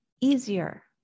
easier